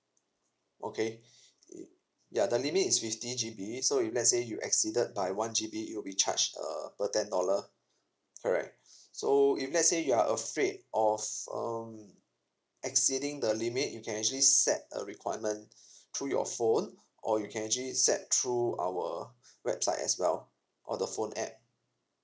okay i~ ya the limit is fifty G_B so if let's say you exceeded by one G_B it will be charged uh per ten dollar correct so if let's say you are afraid of um exceeding the limit you can actually set a requirement through your phone or you can actually set through our website as well or the phone app